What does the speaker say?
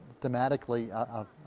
thematically